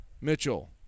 Mitchell